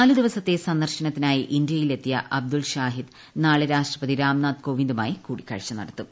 നാലുദിവസത്തെ സന്ദർശനത്തിനായി ഇന്ത്യയിലെത്തിയ അബ്ദുള്ള ഷാഹിദ് നാളെ രാഷ്ട്രപതി രിന്റെ നാഥ് കോവിന്ദുമായി കൂടിക്കാഴ്ച നടത്തും